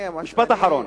משפט אחרון.